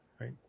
right